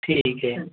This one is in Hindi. ठीक है